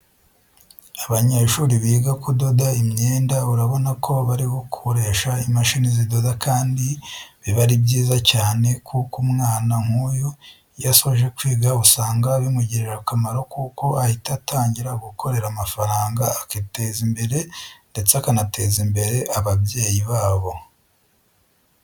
Abanyeshuri biga kudoda imyenda, urabona ko bari gukoresha imashini zidoda kandi biba ari byiza cyane, kuko umwana nk'uyu iyo asoje kwiga usanga bimugirira akamaro kuko ahita atangira gukorera amafaranga akiteza imbere ndetse akanateza imbere ababyeyi babo.